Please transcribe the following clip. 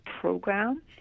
program